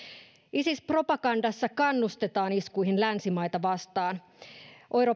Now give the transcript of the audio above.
isis propagandassa kannustetaan iskuihin länsimaita vastaan oir